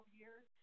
years